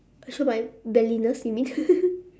show my belliness you mean